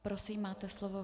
Prosím, máte slovo.